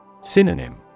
Synonym